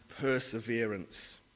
perseverance